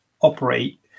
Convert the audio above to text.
operate